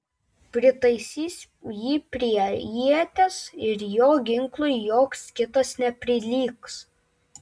pritaisys jį prie ieties ir jo ginklui joks kitas neprilygs